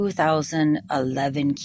2011